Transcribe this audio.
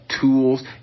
Tools